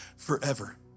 forever